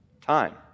Time